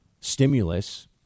stimulus